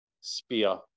spear